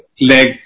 leg